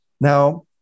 Now